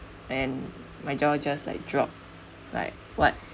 and my jaws like drop like what